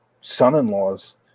son-in-laws